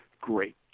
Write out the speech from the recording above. great